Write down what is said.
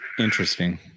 Interesting